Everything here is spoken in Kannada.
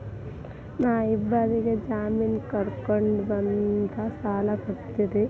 ನಾ ಇಬ್ಬರಿಗೆ ಜಾಮಿನ್ ಕರ್ಕೊಂಡ್ ಬಂದ್ರ ಸಾಲ ಕೊಡ್ತೇರಿ?